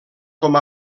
com